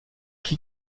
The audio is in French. qui